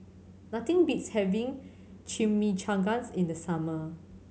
nothing beats having Chimichangas in the summer